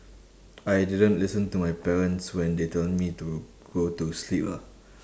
I didn't listen to my parents when they tell me to go to sleep ah